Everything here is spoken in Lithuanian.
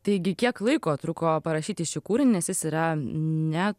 taigi kiek laiko truko parašyti šį kūrinį nes jis yra ne